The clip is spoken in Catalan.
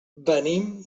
venim